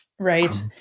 Right